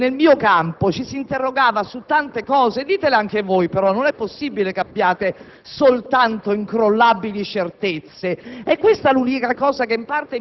Vi sono stati scontri terribili, l'Italia si è spaccata in due,